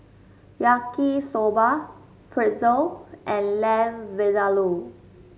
Yaki Soba Pretzel and Lamb Vindaloo